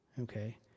Okay